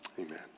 Amen